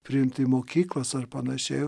priimti į mokyklas ar panašiai